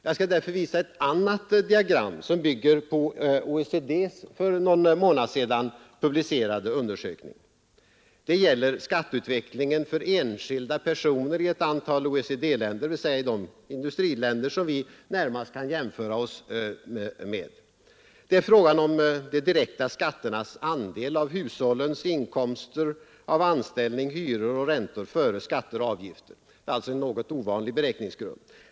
Jag skall därför visa ett annat diagram som bygger på OECD:s för någon månad sedan publicerade undersökning. Det gäller skatteutvecklingen för enskilda personer i ett antal OECD-länder, dvs. i de industriländer som vi närmast kan jämföra oss med. Det är fråga om de direkta skatternas andel av de enskildas inkomster av anställning, hyror och räntor, före skatter och avgifter — alltså en något ovanlig beräkningsgrund.